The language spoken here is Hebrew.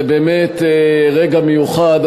זה באמת רגע מיוחד,